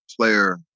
player